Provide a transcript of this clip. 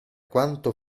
quanto